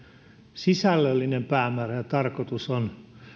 sisällöllinen päämäärä ja tarkoitus on